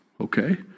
okay